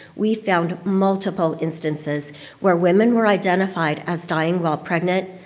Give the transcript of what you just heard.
we found multiple instances where women were identified as dying while pregnant,